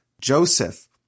Joseph